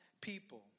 people